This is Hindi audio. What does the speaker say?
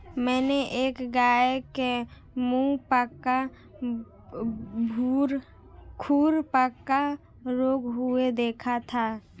मैंने एक गाय के मुहपका खुरपका रोग हुए देखा था